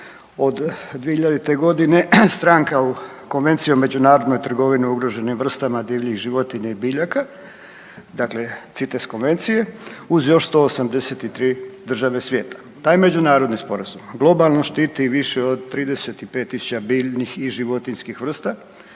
od 2000. godine stranka u Konvencijom u međunarodnoj trgovini ugroženim vrstama divljih životinja i biljaka, dakle CITES konvencije uz još 183 države svijeta. Taj međunarodni sporazum globalno štiti i više od 35000 biljnih i životinjskih vrsta